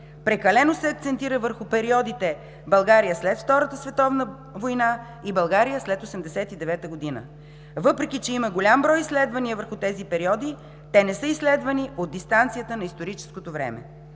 Прекалено се акцентира върху периодите: България след Втората световна война и България след 1989 г. Въпреки че има голям брой изследвания върху тези периоди, те не са изследвани от дистанцията на историческото време.